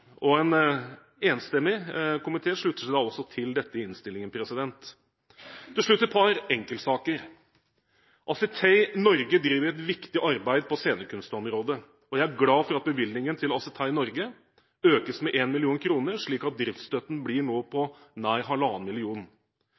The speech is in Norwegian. statsbudsjettet. En enstemmig komité slutter seg da også til dette i innstillingen. Til slutt et par enkeltsaker. ASSITEJ Norge driver et viktig arbeid på scenekunstområdet, og jeg er glad for at bevilgningen til ASSITEJ Norge økes med 1 mill. kr, slik at driftsstøtten blir nå på